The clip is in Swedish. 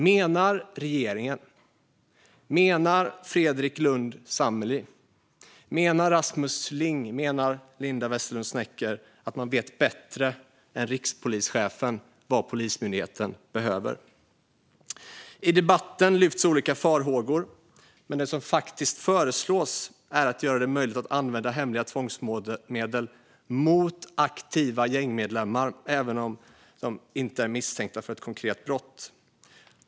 Menar regeringen, Fredrik Lundh Sammeli, Rasmus Ling och Linda Westerlund Snecker att de vet bättre än rikspolischefen vad Polismyndigheten behöver? I debatten lyfts olika farhågor fram, men det som faktiskt föreslås är att göra det möjligt att använda hemliga tvångsmedel mot aktiva gängmedlemmar även om de inte är misstänkta för ett konkret brott.